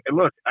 look